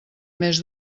més